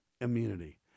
immunity